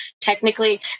Technically